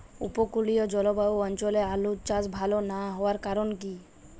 উপকূলীয় জলবায়ু অঞ্চলে আলুর চাষ ভাল না হওয়ার কারণ?